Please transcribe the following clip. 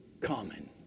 common